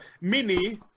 mini